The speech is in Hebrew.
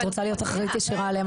את רוצה להיות אחראית ישירה עליהם?